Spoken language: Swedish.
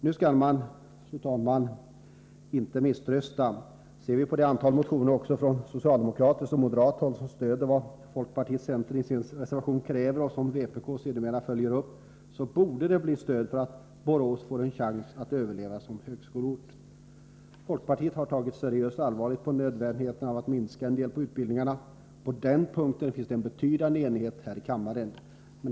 Nu skall man, fru talman, inte misströsta. Ser vi på det antal motioner också från socialdemokratiskt och moderat håll som stöder vad folkpartiet och centern i sin reservation kräver och som vpk sedermera följer upp, borde det bli stöd för att Borås får en chans att överleva som högskoleort. Folkpartiet har tagit seriöst på nödvändigheten av att minska en del på utbildningarna. På den punkten finns det en betydande enighet här i kammaren.